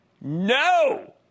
No